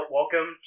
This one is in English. Welcome